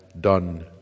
done